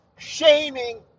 shaming